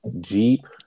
jeep